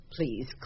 please